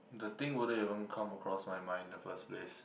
the thing wouldn't even come across my mind in the first place